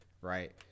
right